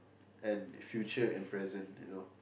and future and present you know